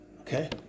okay